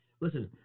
Listen